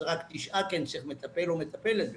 אז זה רק תשעה כי אני צריך מטפל או מטפלת בפנים.